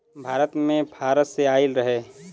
भारत मे फारस से आइल रहे